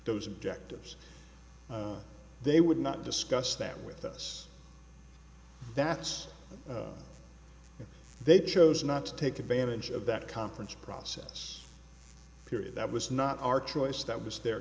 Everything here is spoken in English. those objectives they would not discuss that with us that's if they chose not to take advantage of that conference process period that was not our choice that was their